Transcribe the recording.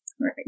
Right